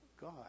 God